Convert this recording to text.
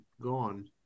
gone